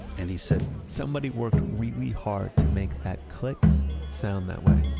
and he said somebody worked really hard to make that click sound that way.